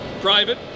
private